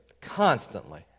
constantly